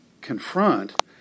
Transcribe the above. confront